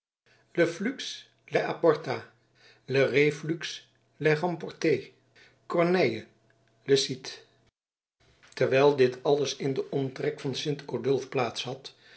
flux les apporta le reflux les remporte corneille le cid terwijl dit alles in den omtrek van sint odulf plaats had